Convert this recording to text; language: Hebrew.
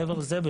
מעבר לזה,